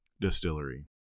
distillery